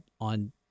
on